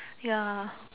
ya